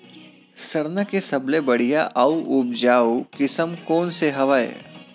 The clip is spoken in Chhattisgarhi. सरना के सबले बढ़िया आऊ उपजाऊ किसम कोन से हवय?